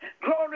glory